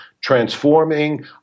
transforming